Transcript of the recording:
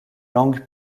langue